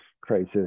crisis